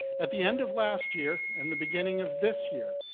at the end of last year and the beginning of this year,